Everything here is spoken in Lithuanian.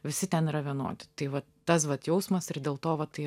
visi ten yra vienodi tai va tas vat jausmas ir dėl to va tai